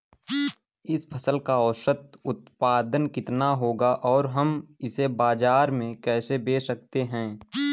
इस फसल का औसत उत्पादन कितना होगा और हम इसे बाजार में कैसे बेच सकते हैं?